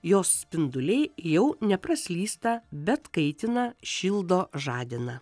jos spinduliai jau nepraslysta bet kaitina šildo žadina